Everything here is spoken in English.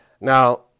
Now